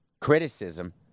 Criticism